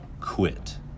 quit